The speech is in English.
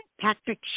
Patrick